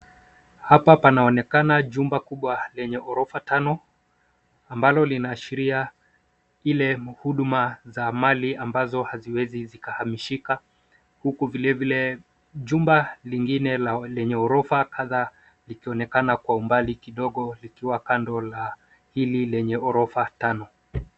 Hapa panaonekana jumba kubwa lenye ghorofa tano ambalo linaashiria ile muhuduma za mali ambazo haziwezi zikahamishika huku vile vile jumba lingine lenye ghorofa kadha likionekana kwa umbali kidogo likiwa kando la hili lenye ghorofa tano.